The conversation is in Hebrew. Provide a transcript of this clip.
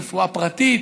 רפואה פרטית,